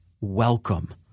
welcome